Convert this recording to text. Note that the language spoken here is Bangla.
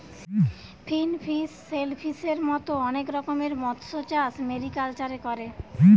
ফিনফিশ, শেলফিসের মত অনেক রকমের মৎস্যচাষ মেরিকালচারে করে